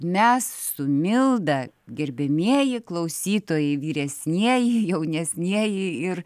mes su milda gerbiamieji klausytojai vyresnieji jaunesnieji ir